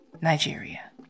Nigeria